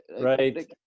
right